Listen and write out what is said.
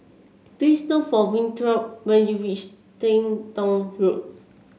please look for Winthrop when you reach Ting Tong Road